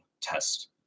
test